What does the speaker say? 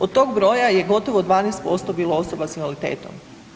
Od tog broja je gotovo 12% bilo osoba s invaliditetom.